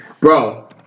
Bro